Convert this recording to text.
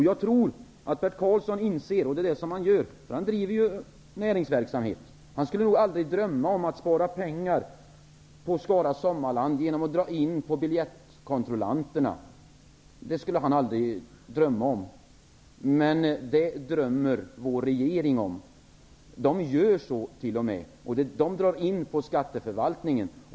Jag tror att Bert Karlsson inser, eftersom han driver näringsverksamhet, att han nog aldrig skulle drömma om att spara pengar på Skara Sommarland genom att dra in på biljettkontrollanterna. Det skulle han aldrig drömma om. Men det drömmer vår regering om. Den gör t.o.m. så. De drar in på skatteförvaltningen.